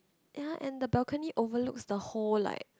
ya and the balcony overlooks the whole like